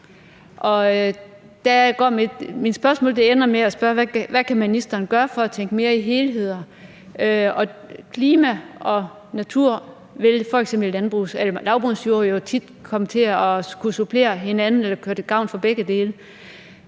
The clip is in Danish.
mit spørgsmål ender med at være: Hvad kan ministeren gøre for at tænke mere i helheder? Og klima og natur vil, f.eks. i landbruget i forhold til lavbundsjorder, jo tit komme til at skulle supplere hinanden, så det kan være til gavn for begge dele.